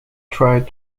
tried